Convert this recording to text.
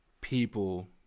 people